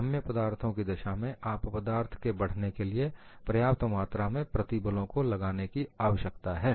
नम्य पदार्थों की दशा में आप दरार के बढ़ने के लिए पर्याप्त मात्रा में प्रतिबलों को लगाने की आवश्यकता है